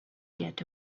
get